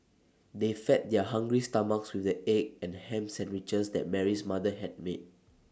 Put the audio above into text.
they fed their hungry stomachs with the egg and Ham Sandwiches that Mary's mother had made